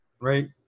right